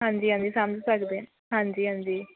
ਹਾਂਜੀ ਹਾਂਜੀ ਸਮਝ ਸਕਦੇ ਹੈ ਹਾਂਜੀ ਹਾਂਜੀ